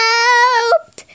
Help